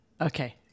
okay